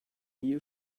new